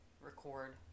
record